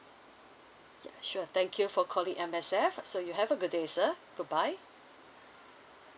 ya sure thank you for calling M_S_F so you have a good day sir goodbye